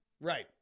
right